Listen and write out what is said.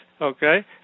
okay